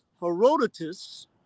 Herodotus